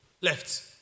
left